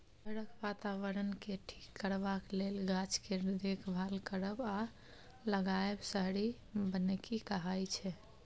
शहरक बाताबरणकेँ ठीक करबाक लेल गाछ केर देखभाल करब आ लगाएब शहरी बनिकी कहाइ छै